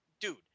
dude